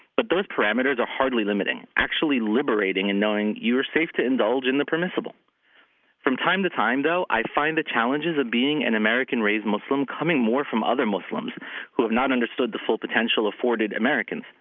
but those parameters are hardly limiting, actually liberating in knowing you are safe to indulge in the permissible from time to time, though, i find the challenges of being an american-raised muslim coming more from other muslims who have not understood the full potential afforded americans.